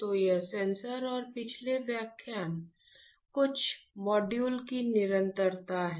तो यह सेंसर पर हमारे पिछले कुछ मॉड्यूल की निरंतरता है